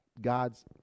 God's